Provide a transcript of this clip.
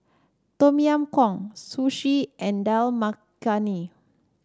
Tom Yam Goong Sushi and Dal Makhani